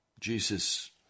Jesus